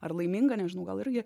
ar laiminga nežinau gal irgi